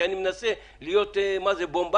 כי אני מנסה להיות בומבסטי,